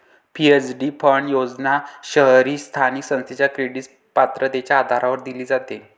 PFD fund योजना शहरी स्थानिक संस्थेच्या क्रेडिट पात्रतेच्या आधारावर दिली जाते